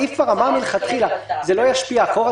הסעיף כבר אמר מלכתחילה שזה לא ישפיע אחורה,